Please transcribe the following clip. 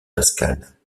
pascale